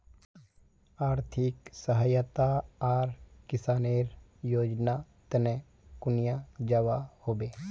आर्थिक सहायता आर किसानेर योजना तने कुनियाँ जबा होबे?